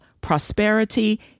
prosperity